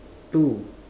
two